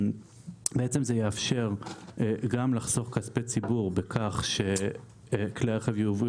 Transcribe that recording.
זה יאפשר גם לחסוך כספי ציבור בכך שכלי הרכב ייובאו